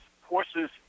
horses